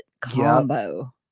combo